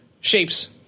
shapes